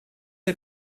der